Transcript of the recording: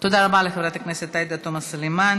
תודה רבה לחברת הכנסת עאידה תומא סלימאן.